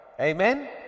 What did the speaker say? amen